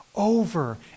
Over